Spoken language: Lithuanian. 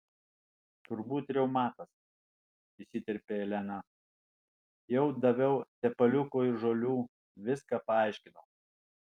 turbūt reumatas įsiterpė elena jau daviau tepaliuko ir žolių viską paaiškinau